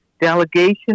delegation